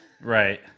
Right